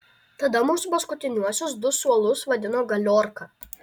tada mūsų paskutiniuosius du suolus vadino galiorka